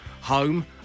home